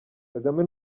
kagame